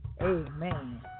amen